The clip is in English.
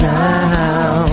now